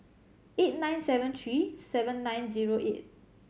eight nine seven three seven nine zero eight